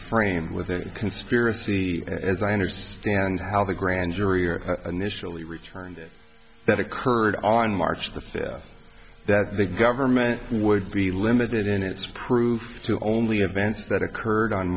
framed with the conspiracy as i understand how the grand jury or initially returned that occurred on march the fifth that the government would be limited in its proof to only events that occurred on